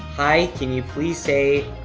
hi, can you please say